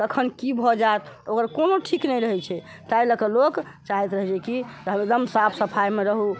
कखन की भऽ जायत तऽ ओकर कोनो ठीक नहि रहैत छै ताहि लेल लोक चाहैत रहै छै कि हम एकदम सफाइमे रहू